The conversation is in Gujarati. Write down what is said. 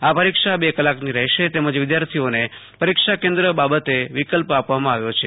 આ પરીક્ષા બે કલાકની રહેશે તેમજ વિદ્યાર્થીઓને પરીક્ષા કેન્દ્ર બાબતે વિકલ્પ આપવામાં આવ્યો છે